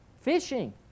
Fishing